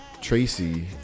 Tracy